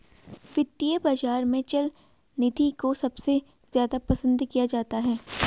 वित्तीय बाजार में चल निधि को सबसे ज्यादा पसन्द किया जाता है